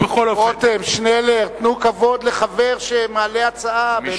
רותם, שנלר, תנו כבוד לחבר שמעלה הצעה.